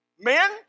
Men